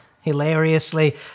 hilariously